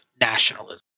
nationalism